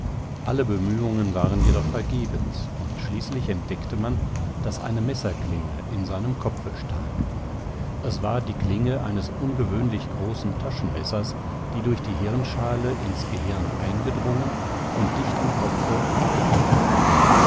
alle bemühungen waren jedoch vergebens und schließlich entdeckte man daß eine messerklinge in seinem kopfe stak es war die klinge eines ungewöhnlich großen taschenmessers die durch die hirnschale ins gehirn eingedrungen und dicht am kopfe abgebrochen war